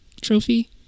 trophy